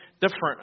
different